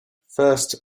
first